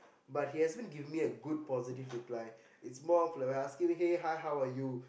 but he hasn't given me a good positive reply it's more of like asking me hey hi how are you